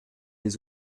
les